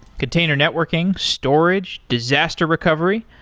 container networking, storage, disaster recovery,